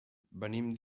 venim